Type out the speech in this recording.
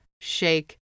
shake